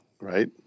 Right